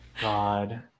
God